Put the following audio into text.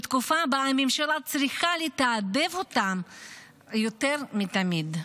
בתקופה שבה הממשלה צריכה לתעדף אותם יותר מתמיד.